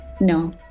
no